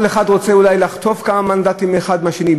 כל אחד רוצה אולי לחטוף כמה מנדטים מהשני.